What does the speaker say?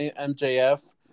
MJF